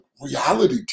reality